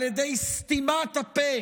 על ידי סתימת הפה